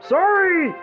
Sorry